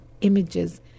images